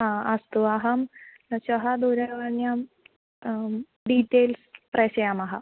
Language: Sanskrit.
हा अस्तु अहं श्वः दूरवाण्यां डीटेल्स् प्रेषयामः